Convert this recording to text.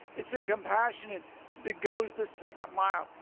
it's a compassionate that goes the second mile.